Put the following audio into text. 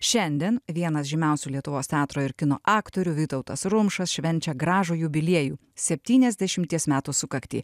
šiandien vienas žymiausių lietuvos teatro ir kino aktorių vytautas rumšas švenčia gražų jubiliejų septyniasdešimties metų sukaktį